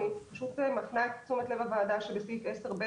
אני פשוט מפנה את תשומת לב הוועדה שבסעיף 10ב